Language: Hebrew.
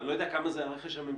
אני לא יודע כמה זה הרכש הממשלתי,